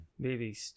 Baby